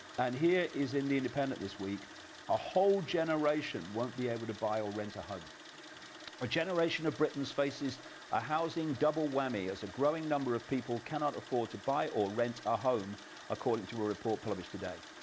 and here is in the independent this week a whole generation won't be able to buy or rent a home a generation of britons faces a housing double-whammy as a growing number of people cannot afford to buy or rent a home according to a report published today.